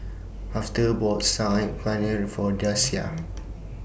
Afton bought Saag Paneer For Dasia